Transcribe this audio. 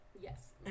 Yes